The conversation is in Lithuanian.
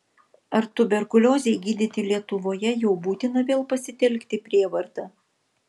ar tuberkuliozei gydyti lietuvoje jau būtina vėl pasitelkti prievartą